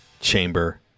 chamber